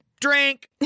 Drink